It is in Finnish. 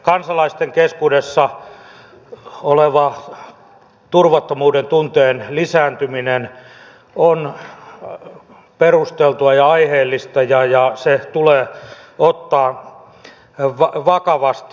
kansalaisten keskuudessa olevan turvattomuuden tunteen lisääntyminen on perusteltua ja aiheellista ja se tulee ottaa vakavasti